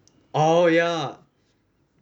oh ya